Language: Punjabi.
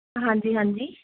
ਹਾਂਜੀ ਹਾਂਜੀ